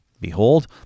Behold